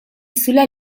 sulla